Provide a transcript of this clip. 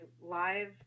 live